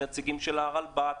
נציגים של הרלב"ד,